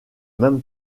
même